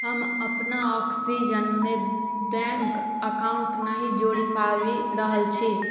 हम अपना ऑक्सीजनमे बैँक अकाउण्ट नहि जोड़ि पाबि रहल छी